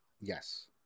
Yes